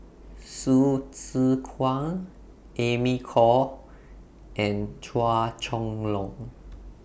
Hsu Tse Kwang Amy Khor and Chua Chong Long